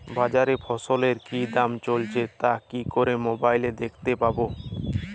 বাজারে ফসলের কি দাম চলছে তা কি করে মোবাইলে দেখতে পাবো?